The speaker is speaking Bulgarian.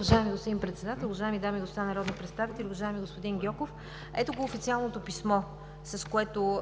Уважаеми господин Председател, уважаеми дами и господа народни представители! Уважаеми господин Гьоков, ето го официалното писмо, с което